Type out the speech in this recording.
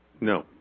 No